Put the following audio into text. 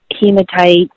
hematite